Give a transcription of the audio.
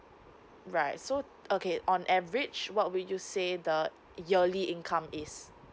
right so okay on average what would you say the yearly income is